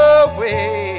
away